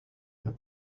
but